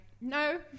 no